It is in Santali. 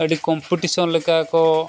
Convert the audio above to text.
ᱟᱹᱰᱤ ᱠᱚᱢᱯᱤᱴᱤᱥᱚᱱ ᱞᱮᱠᱟ ᱠᱚ